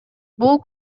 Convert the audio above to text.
бул